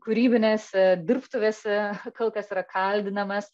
kūrybinėse dirbtuvėse kol kas yra kaldinamas